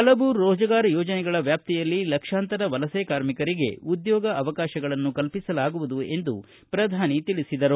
ಹಲವು ರೋಜ್ಗಾರ್ ಯೋಜನೆಗಳ ವ್ಯಾಪ್ತಿಯಲ್ಲಿ ಲಕ್ಷಾಂತರ ವಲಸೆ ಕಾರ್ಮಿಕರಿಗೆ ಉದ್ಯೋಗ ಅವಕಾಶಗಳನ್ನು ಕಲ್ಪಿಸಲಾಗುವುದು ಎಂದು ಪ್ರಧಾನಮಂತ್ರಿ ತಿಳಿಸಿದರು